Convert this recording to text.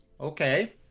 okay